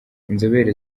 inzobere